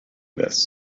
this